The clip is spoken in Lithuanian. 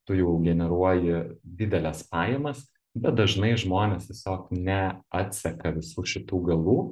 tu jau generuoji dideles pajamas bet dažnai žmonės tiesiog neatseka visų šitų galų